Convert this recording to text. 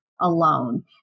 alone